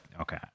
okay